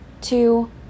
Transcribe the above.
two